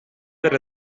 their